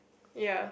ya